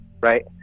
right